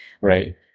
right